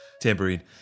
Tambourine